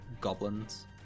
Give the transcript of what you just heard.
goblins